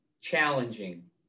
Challenging